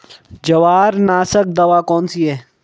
जवार नाशक दवा कौन सी है?